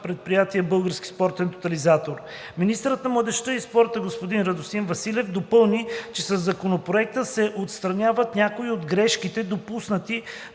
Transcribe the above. предприятие „Български спортен тотализатор“. Министърът на младежта и спорта господин Радостин Василев допълни, че със Законопроекта се отстраняват някои от грешките, допуснати